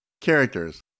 Characters